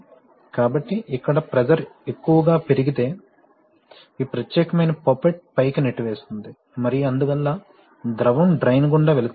కాబట్టి ఇక్కడ ప్రెషర్ ఎక్కువగా పెరిగితే ఈ ప్రత్యేకమైన పాప్పెట్ పైకి నెట్టేస్తుంది మరియు అందువల్ల ద్రవం డ్రైన్ గుండా వెళుతుంది